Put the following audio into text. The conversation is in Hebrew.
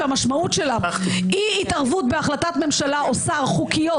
שהמשמעות שלה אי-התערבות בהחלטת ממשלה או שר חוקית,